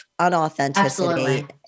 unauthenticity